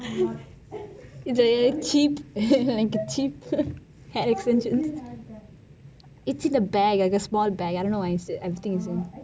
is cheap cheap hair extensions is in the bag like a small bag I dunno why it is still ~